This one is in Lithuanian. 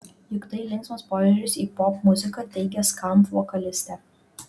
juk tai linksmas požiūris į popmuziką teigė skamp vokalistė